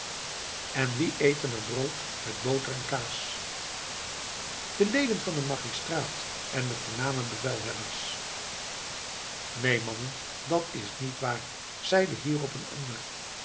en wie eten er brood met boter en kaas de leden van den magistraat en de voorname bevelhebbers neen mannen dat is niet waar zeide hierop een ander